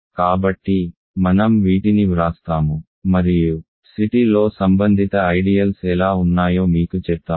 కాబట్టి మనం వీటిని వ్రాస్తాము మరియు C t లో సంబంధిత ఐడియల్స్ ఎలా ఉన్నాయో మీకు చెప్తాము